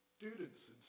students